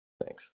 Thanks